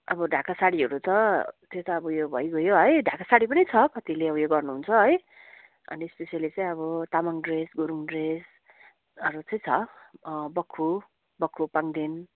अब ढाका साडीहरू छ त्यो त अब ऊ यो भइगयो है ढाका साडी पनि छ कतिले ऊ यो गर्नुहुन्छ है अनि स्पेसियली चाहिँ अब तामाङ ड्रेस गुरुङ ड्रेसहरू चाहिँ छ बक्खु बक्खु पाङ्देन